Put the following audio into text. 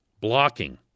blocking